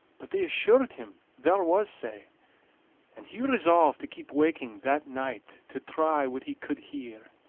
but they assured him there was sae and he resolved to keep waking that night to try what he could hear.